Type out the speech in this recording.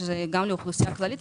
שזה גם לאוכלוסייה כללית,